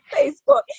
Facebook